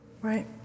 Right